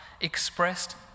expressed